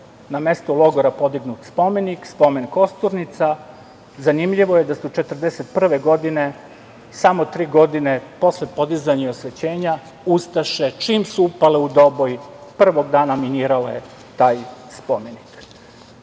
na mestu logora podignut spomenik, spomen „Kosturnica“. Zanimljivo je da su 1941. godine, samo tri godine posle podizanja i osvećenja, ustaše čim su upale u Doboj prvog dana minirale taj spomenik.